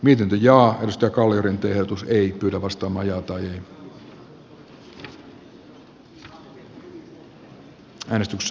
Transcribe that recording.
viisi linjaa josta kolin päätetään ainoassa käsittelyssä toimenpidealoitteesta